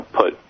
put